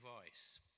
voice